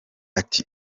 ati